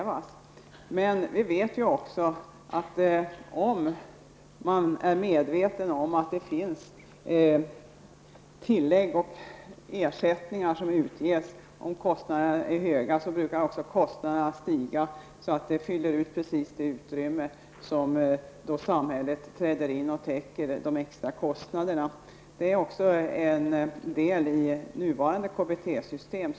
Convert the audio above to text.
Vi vet också att om man är medveten om att vissa tillägg och ersättningar utges om kostnaderna är höga, brukar också kostnaderna stiga och fyller ut precis det utrymme där samhället träder in och täcker de extra kostnaderna. Så är det också i det nuvarande KBT-systemet.